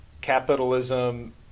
capitalism